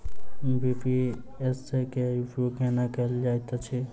BBPS केँ उपयोग केना कएल जाइत अछि?